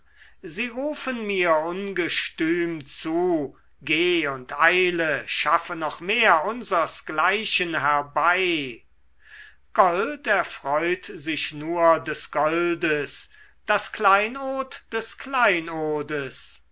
sie rufen mir ungestüm zu geh und eile schaffe noch mehr unsersgleichen herbei gold erfreut sich nur des goldes das kleinod des kleinodes